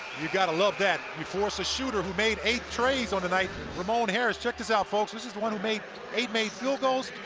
you've got to love that. you force a shooter who made eight treys on the night. ramon harris, check this out folks. this one made eight made field goals,